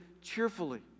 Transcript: cheerfully